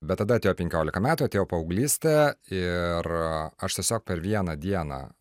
bet tada atėjo penkiolika metų atėjo paauglystė ir aš tiesiog per vieną dieną